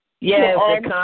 Yes